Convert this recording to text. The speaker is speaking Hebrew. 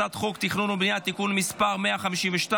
הצעת חוק התכנון והבנייה (תיקון מס' 152),